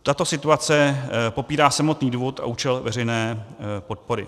Tato situace popírá samotný důvod a účel veřejné podpory.